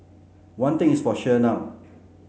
one thing is for sure now